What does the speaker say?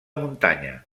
muntanya